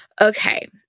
Okay